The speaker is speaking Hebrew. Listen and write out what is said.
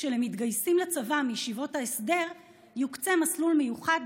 שלמתגייסים לצבא מישיבות ההסדר יוקצה מסלול מיוחד,